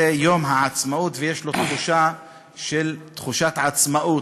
זה יום העצמאות, ויש לו תחושה של עצמאות,